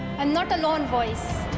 and not a lone voice,